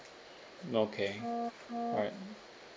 okay alright